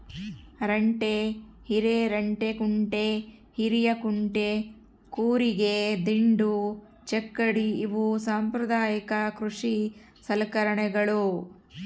ರಂಟೆ ಹಿರೆರಂಟೆಕುಂಟೆ ಹಿರೇಕುಂಟೆ ಕೂರಿಗೆ ದಿಂಡು ಚಕ್ಕಡಿ ಇವು ಸಾಂಪ್ರದಾಯಿಕ ಕೃಷಿ ಸಲಕರಣೆಗಳು